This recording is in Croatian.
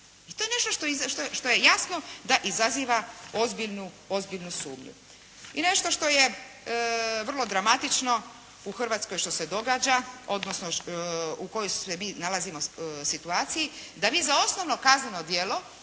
I to je nešto što je jasno da izaziva ozbiljnu sumnju. I nešto što je vrlo dramatično u Hrvatskoj što se događa, odnosno u kojoj se mi nalazimo situaciji. Da mi za osnovno kazneno djelo,